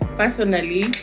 personally